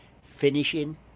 finishing